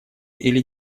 или